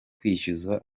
kwishyuza